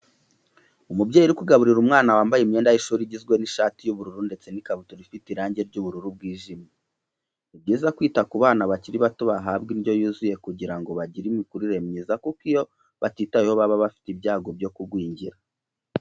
Umubyeyi uri kugaburira umwana wambaye imyenda y'ishuri igizwe n'ishati y'ubururu ndetse n'ikabutura ifite irange ry'ubururu bwijimye. Ni byiza kwita ku bana bakiri bato bahabwa indyo yuzuye kugira ngo bagire imikurire myiza kuko iyo batitaweho baba bafite ibyago byo kugwingira.